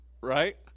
right